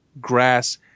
grass